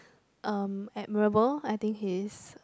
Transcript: um admirable I think he is